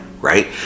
Right